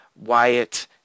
Wyatt